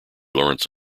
laurence